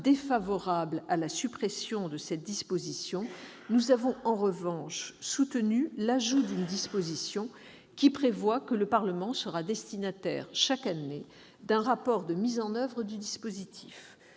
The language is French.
défavorables à la suppression de cette disposition, nous avons en revanche soutenu l'ajout d'une disposition qui prévoit que le Parlement sera destinataire chaque année d'un rapport sur la mise en oeuvre du dispositif.